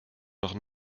noch